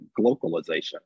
globalization